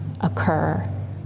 occur